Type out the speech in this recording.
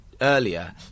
earlier